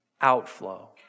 outflow